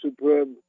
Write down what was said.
superb